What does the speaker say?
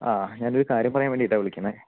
ആ ഞാൻ ഒരു കാര്യം പറയാൻ വേണ്ടിയിട്ടാണ് വിളിക്കുന്നത്